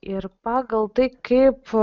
ir pagal tai kaip